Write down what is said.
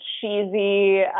cheesy